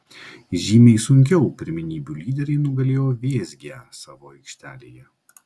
žymiai sunkiau pirmenybių lyderiai nugalėjo vėzgę savo aikštelėje